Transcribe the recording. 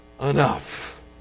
enough